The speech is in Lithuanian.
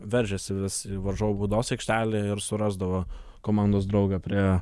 veržias jis vis į varžovų baudos aikštelę ir surasdavo komandos draugą prie